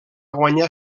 guanyar